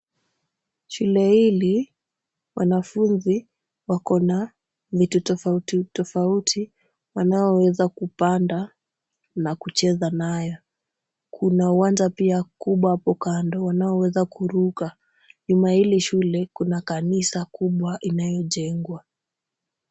Shule hili wanafunzi wakona vitu tofauti tofauti wanaoweza kupanda na kucheza nayo. Kuna uwanja pia kubwa hapo kando wanaoweza kuruka. nyuma ya hili shule kuna kanisa kubwa inayojengwa.